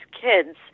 kids